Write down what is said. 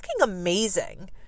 amazing